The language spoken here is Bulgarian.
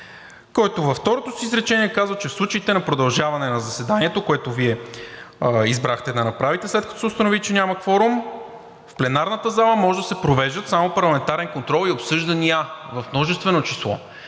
който във второто си изречение казва, че в случаите на продължаване на заседанието, което Вие избрахте да направите, след като се установи, че няма кворум, в пленарната зала може да се провеждат само парламентарен контрол и обсъждания – в множествено число.